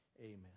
amen